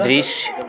दृश्य